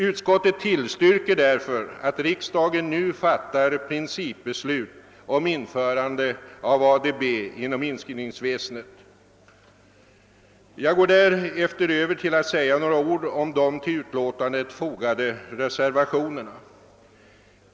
Utskottet tillstyrker därför att riksdagen nu fattar principbeslut om införande av ADB inom inskrivningsväsendet. Jag går därefter över till att säga några ord om de till utlåtandet fogade reservationerna.